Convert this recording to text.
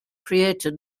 created